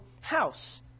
house